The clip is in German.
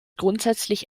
grundsätzlich